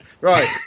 Right